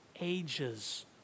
ages